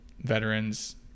veterans